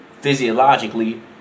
physiologically